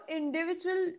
individual